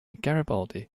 garibaldi